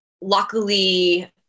luckily